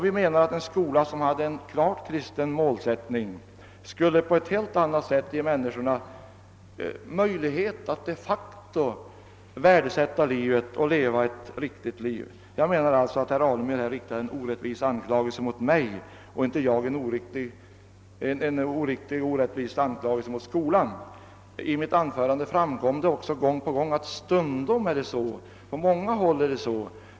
Vi menar att en skola som hade en klart kristen målsättning skulle på ett helt annat sätt ge människorna möjlighet att verkligen värdesätta livet och leva ett riktigt liv. Jag menar att herr Alemyr riktar en orättvis anklagelse mot mig och inte jag en orättvis anklagelse mot skolan. I mitt förra anförande sade jag också att det stundom är så som jag beskrev och att det på många håll är så.